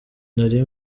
nari